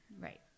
Right